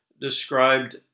described